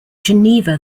geneva